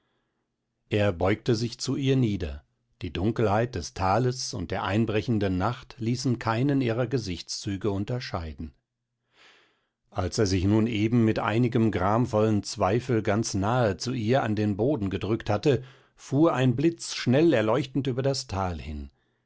er beugte sich zu ihr nieder die dunkelheit des tales und der einbrechenden nacht ließen keinen ihrer gesichtszüge unterscheiden als er sich nun eben mit einigem gramvollen zweifel ganz nahe zu ihr an den boden gedrückt hatte fuhr ein blitz schnell erleuchtend über das tal hin